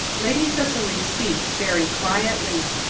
lady cicely speaks, very quietly,